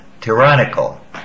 tyrannical